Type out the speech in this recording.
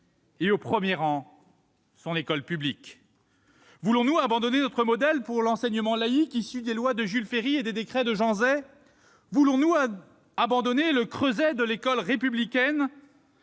et, au premier rang, de son école publique. Voulons-nous abandonner notre modèle pour l'enseignement laïque, issu des lois de Jules Ferry et des décrets de Jean Zay ? Voulons-nous abandonner le creuset de l'école républicaine,